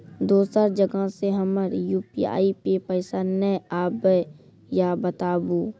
दोसर जगह से हमर यु.पी.आई पे पैसा नैय आबे या बताबू?